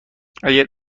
اگر